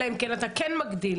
אלא אם כן אתה כן מגדיל.